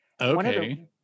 okay